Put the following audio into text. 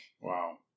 Wow